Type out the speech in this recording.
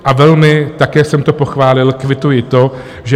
A velmi také jsem pochválil, kvituji to, že